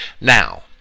Now